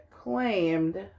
claimed